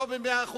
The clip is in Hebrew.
לא ב-100%,